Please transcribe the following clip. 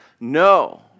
No